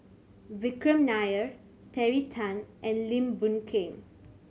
Vikram Nair Terry Tan and Lim Boon Keng